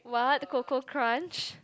what Koko Krunch